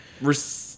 receive